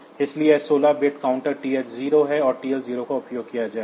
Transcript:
इसलिए यह 16 bit counter TH0 है और TL0 का उपयोग किया जाएगा